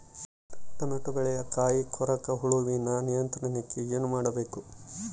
Tomato ಬೆಳೆಯ ಕಾಯಿ ಕೊರಕ ಹುಳುವಿನ ನಿಯಂತ್ರಣಕ್ಕೆ ಏನು ಮಾಡಬೇಕು?